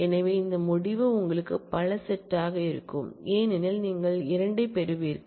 எனவே இந்த முடிவு உங்களுக்கு பல செட் ஆக இருக்கும் ஏனெனில் நீங்கள் 2 ஐப் பெறுவீர்கள்